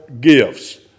gifts